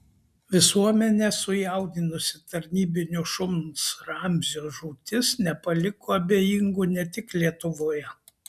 visuomenę sujaudinusi tarnybinio šuns ramzio žūtis nepaliko abejingų ne tik lietuvoje